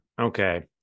Okay